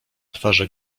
twarze